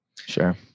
sure